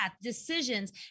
Decisions